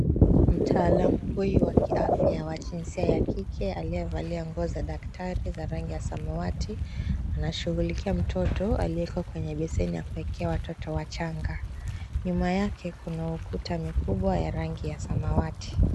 Mtaalamu huyu wa kiafya wa jinsia ya kike aliyevalia nguo za daktari za rangi ya samawati anashughulikia mtoto aliyewekwa kwenye beseni ya kuwekea watoto wachanga. Nyuma yake kuna ukuta mikubwa ya rangi ya samawati.